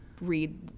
read